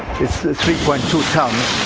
it's three point two tons.